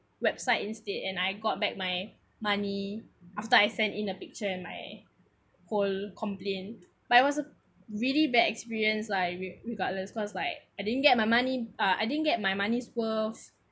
website instead and I got back my money after I send in a picture and my whole complaint but it was a really bad experience like re~ regardless cause like I didn't get my money uh I didn't get my money's worth